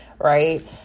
right